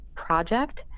project